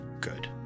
good